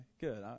good